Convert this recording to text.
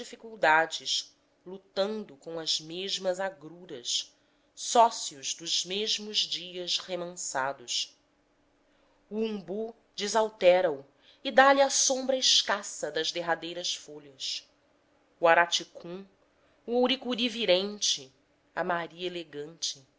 dificuldades lutando com as mesmas agruras sócios dos mesmos dias remansados o umbu desaltera o e dá-lhe a sombra escassa das derradeiras folhas o araticum o ouricuri virente a mari elegante